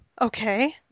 okay